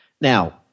Now